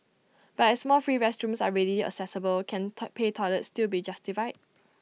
but as more free restrooms are readily accessible can top pay toilets still be justified